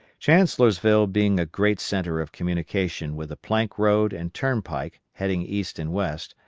chancellorsville being a great center of communication with the plank road and turnpike heading east and west,